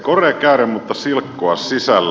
korea kääre mutta silkkoa sisällä